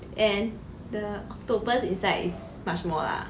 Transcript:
and the octopus inside is much more ah